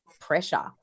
pressure